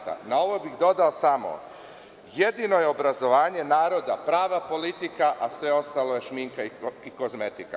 Na ovo bih dodao samo – jedino je obrazovanje naroda prava politika, a sve ostalo je šminka i kozmetika.